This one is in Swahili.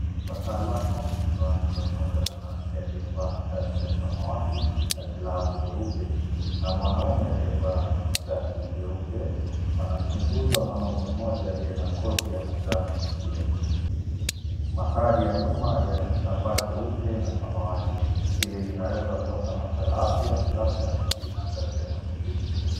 Wataalamu wawili wa afya, mmoja mwanamke aliyevaa shati ya samawati na glavu nyeupe na mwanaume aliyevaa shati nyeupe, wanamchunguza mwanaume mmoja aliye na koti ya manjano sikio. Mandhari ya nyuma yana kitambaa cheupe na samawati. Hili linaweza kuwa tamasha la afya labda linaangazia masikio.